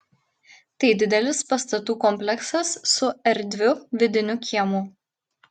tai didelis pastatų kompleksas su erdviu vidiniu kiemu